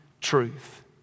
truth